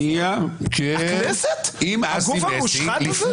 הגוף המושחת הזה?